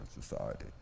Society